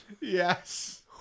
yes